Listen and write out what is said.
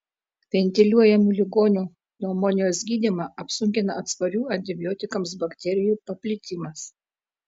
ventiliuojamų ligonių pneumonijos gydymą apsunkina atsparių antibiotikams bakterijų paplitimas